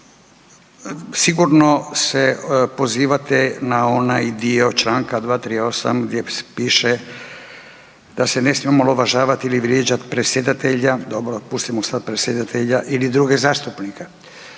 Sigurno se pozivate na onaj dio članka 238. gdje piše da se smije omalovažavati i vrijeđati predsjedatelja. Dobro, pustimo sad predsjedatelja ili druge zastupnike.